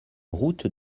route